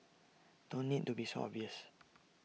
don't need to be so obvious